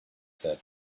said